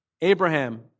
Abraham